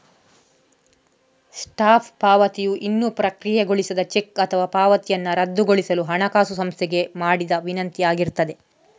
stop ಪಾವತಿಯು ಇನ್ನೂ ಪ್ರಕ್ರಿಯೆಗೊಳಿಸದ ಚೆಕ್ ಅಥವಾ ಪಾವತಿಯನ್ನ ರದ್ದುಗೊಳಿಸಲು ಹಣಕಾಸು ಸಂಸ್ಥೆಗೆ ಮಾಡಿದ ವಿನಂತಿ ಆಗಿರ್ತದೆ